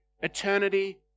Eternity